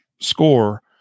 score